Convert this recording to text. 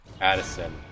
Addison